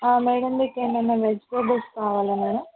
madam మీకు ఏమన్న vegetables కావాలా మేడం